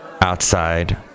outside